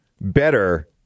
better